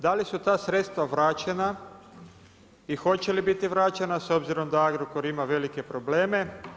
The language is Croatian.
Da li su ta sredstva vraćena i hoće li biti vraćena s obzirom da Agrokor ima velike probleme?